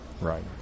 Right